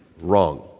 wrong